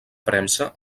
premsa